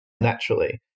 naturally